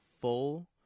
full